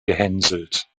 gehänselt